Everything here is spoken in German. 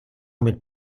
mit